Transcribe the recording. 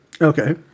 Okay